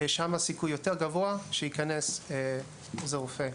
שם הסיכוי יותר גבוה שייכנס עוזר רופא.